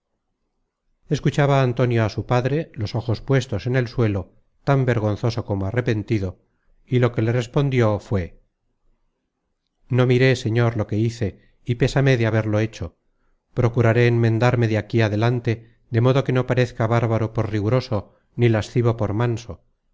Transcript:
escuchaba antonio á su padre los ojos puestos en el suelo tan vergonzoso como arrepentido y lo que le respondió fué no miré señor lo que hice y pésame de haberlo hecho procuraré enmendarme de aquí adelante de modo que no parezca bárbaro por riguroso ni lascivo por manso